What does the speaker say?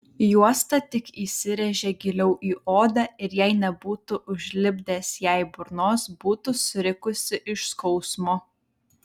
juosta tik įsirėžė giliau į odą ir jei nebūtų užlipdęs jai burnos būtų surikusi iš skausmo